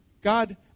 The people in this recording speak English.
God